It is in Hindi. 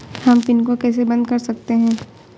हम पिन को कैसे बंद कर सकते हैं?